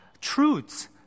truths